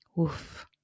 Oof